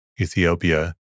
Ethiopia